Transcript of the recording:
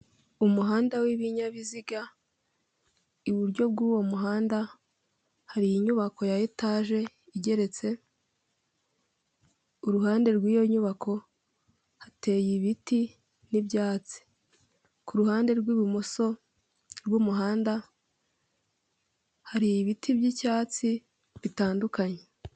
Umuhanda w'ibinyabiziga, iburyo bw'uwo muhanda hari inyubako ya etaje igeretse, uruhande rw'iyo nyubako, hateye ibiti n'ibyatsi. Ku ruhande rw'ibumoso bw'umuhanda hari ibiti by'icyatsi bitandukanye.